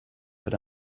but